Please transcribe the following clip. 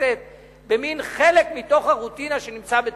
הכנסת כחלק מתוך הרוטינה שיש בתקציב.